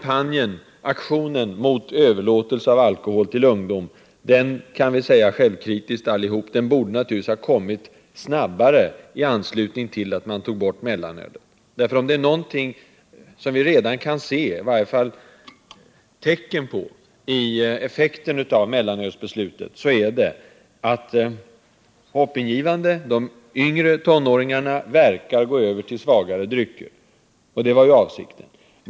Den här aktionen mot överlåtelse av alkohol till ungdom borde naturligtvis — och här kan vi alla vara självkritiska — ha kommit redan i anslutning till att man tog bort mellanölet. De effekter av mellanölsbeslutet som vi nu tycker oss se är för det första att de yngre tonåringarna verkar gå över till svagare drycker, och det är hoppingivande.